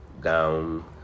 down